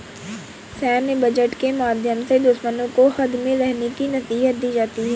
सैन्य बजट के माध्यम से दुश्मनों को हद में रहने की नसीहत दी जाती है